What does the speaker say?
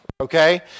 okay